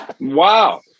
Wow